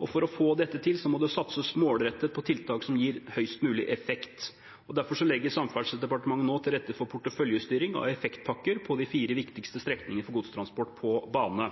og for å få dette til må det satses målrettet på tiltak som gir høyest mulig effekt. Derfor legger Samferdselsdepartementet nå til rette for porteføljestyring og effektpakker på de fire viktigste strekninger for godstransport på bane.